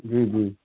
جی جی